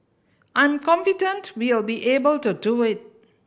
I'm confident we'll be able to do it